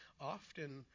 Often